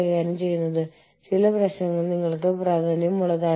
അവ ആദ്യം ആഭ്യന്തര വിപണികളിൽ സ്ഥാപിക്കപ്പെടുന്നു